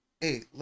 hey